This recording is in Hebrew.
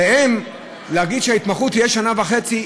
להגיד שההתמחות שלהם תהיה שנה וחצי,